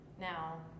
Now